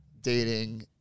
dating